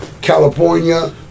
California